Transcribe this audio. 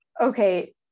Okay